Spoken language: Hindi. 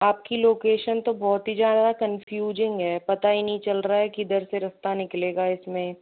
आपकी लोकेशन तो बहुत ही ज़्यादा कन्फ्यूज़िंग है पता ही नहीं चल रहा किधर से रस्ता निकलेगा इसमें